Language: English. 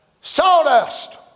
Sawdust